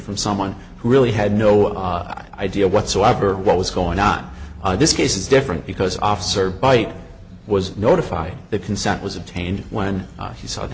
from someone who really had no idea whatsoever what was going on this case is different because officer bite was notified that consent was obtained when he saw the